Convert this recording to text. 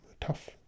tough